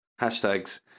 hashtags